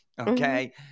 Okay